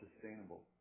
sustainable